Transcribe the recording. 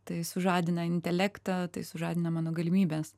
tai sužadina intelektą tai sužadina mano galimybes